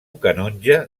canonge